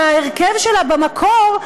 שההרכב שלה במקור,